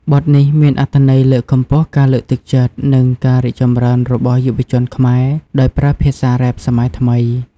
បទនេះមានអត្ថន័យលើកកម្ពស់ការលើកទឹកចិត្ត និងការរីកចម្រើនរបស់យុវជនខ្មែរ ដោយប្រើភាសាររ៉េបសម័យថ្មី។